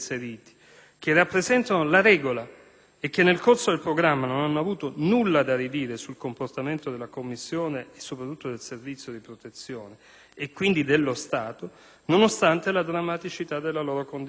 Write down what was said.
che rappresentano la regola e che nel corso del programma non hanno avuto nulla da ridire sul comportamento della commissione, del Servizio di protezione e, quindi, dello Stato, nonostante la drammaticità della loro condizione.